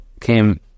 came